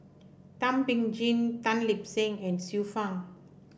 Thum Ping Tjin Tan Lip Seng and Xiu Fang